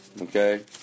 Okay